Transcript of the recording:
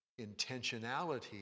intentionality